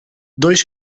dois